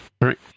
right